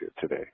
today